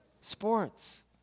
Sports